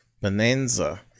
Bonanza